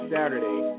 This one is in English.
Saturday